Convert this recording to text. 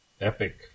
epic